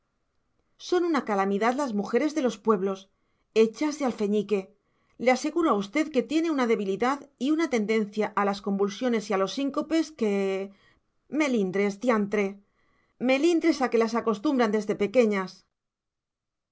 son una calamidad las mujeres de los pueblos hechas de alfeñique le aseguro a usted que tiene una debilidad y una tendencia a las convulsiones y a los síncopes que melindres diantre melindres a que las acostumbran desde pequeñas